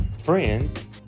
Friends